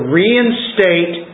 reinstate